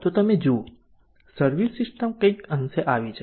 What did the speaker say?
તો તમે જુઓ સર્વિસ સિસ્ટમ કંઈક અંશે આવી છે